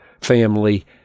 family